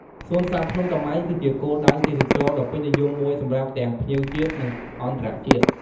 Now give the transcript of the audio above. សួនសត្វភ្នំតាម៉ៅគឺជាគោលដៅទេសចរណ៍ដ៏ពេញនិយមមួយសម្រាប់ទាំងភ្ញៀវជាតិ និងអន្តរជាតិ។